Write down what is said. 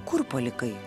kur palikai